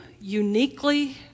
uniquely